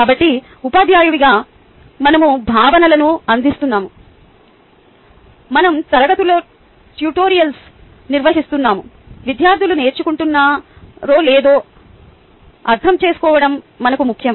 కాబట్టి ఉపాధ్యాయుడిగా మనము భావనలను అందిస్తున్నాము మనం తరగతుల ట్యుటోరియల్స్ నిర్వహిస్తున్నాము విద్యార్థులు నేర్చుకుంటున్నారో లేదో అర్థం చేసుకోవడం మనకు ముఖ్యం